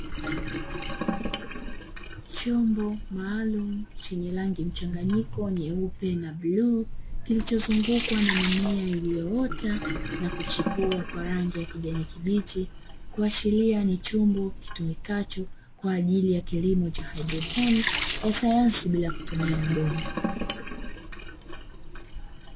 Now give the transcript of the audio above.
Chombo maalumu chenye rangi mchanganyiko nyeupe na bluu, kilichozungukwa na mimea iliyoota na kuchipua kwa rangi ya kijani kibichi, kuashiria ni chombo kitumikacho kwa ajili ya kilimo cha haidroponi ya sayansi bila kutumia udongo.